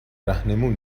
رهنمون